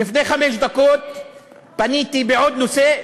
לפני חמש דקות פניתי בעוד נושא,